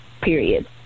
Period